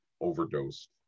overdosed